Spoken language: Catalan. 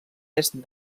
est